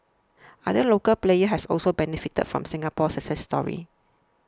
other local players have also benefited from the Singapore success story